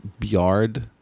yard